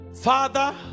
Father